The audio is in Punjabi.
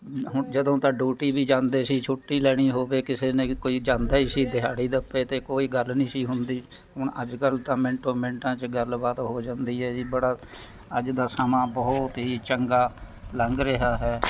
ਹੁਣ ਜਦੋਂ ਤਾਂ ਡੂਟੀ ਵੀ ਜਾਂਦੇ ਸੀ ਛੁੱਟੀ ਲੈਣੀ ਹੋਵੇ ਕਿਸੇ ਨੇ ਕੋਈ ਜਾਂਦਾ ਹੀ ਸੀ ਦਿਹਾੜੀ ਦੱਪੇ 'ਤੇ ਕੋਈ ਗੱਲ ਨਹੀਂ ਸੀ ਹੁੰਦੀ ਹੁਣ ਅੱਜ ਕੱਲ੍ਹ ਤਾਂ ਮਿੰਟੋ ਮਿੰਟਾਂ 'ਚ ਗੱਲਬਾਤ ਹੋ ਜਾਂਦੀ ਹੈ ਜੀ ਬੜਾ ਅੱਜ ਦਾ ਸਮਾਂ ਬਹੁਤ ਹੀ ਚੰਗਾ ਲੰਘ ਰਿਹਾ ਹੈ